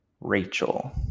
Rachel